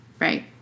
Right